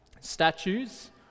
statues